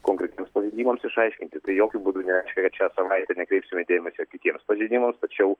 konkretiems pažeidimams išaiškinti tai jokiu būdu nereiškia kad šią savaitę nekreipsime dėmesio kitiems pažeidimams tačiau